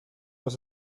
los